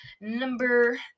number